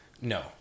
No